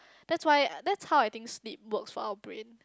that's why that's how I think sleep works for our brain